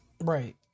Right